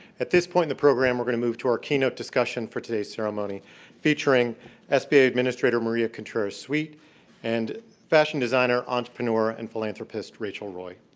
at this point of the program, we're going to move to our keynote discussion for today's ceremony featuring sba administrator maria contreras-sweet and fashion designer, entrepreneur and philanthropist, rachel roy.